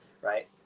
right